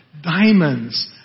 Diamonds